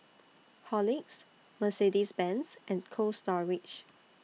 Horlicks Mercedes Benz and Cold Storage